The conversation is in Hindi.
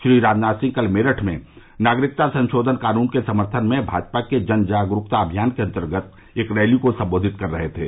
श्री राजनाथ सिंह कल मेरठ में नागरिकता संशोधन कानून के समर्थन में भाजपा के जन जागरूकता अभियान के अंतर्गत एक रैली को संबोधित कर रहे थे